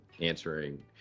answering